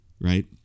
right